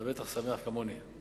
אתה בטח שמח כמוני.